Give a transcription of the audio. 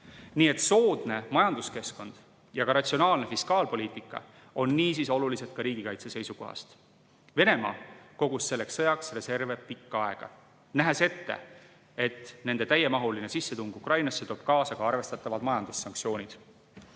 Soodne majanduskeskkond ja ka ratsionaalne fiskaalpoliitika on niisiis olulised riigikaitse seisukohast. Venemaa kogus selleks sõjaks reserve pikka aega, nähes ette, et nende täiemahuline sissetung Ukrainasse toob kaasa arvestatavad majandussanktsioonid.